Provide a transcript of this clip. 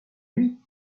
lui